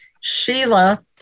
Sheila